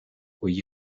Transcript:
kui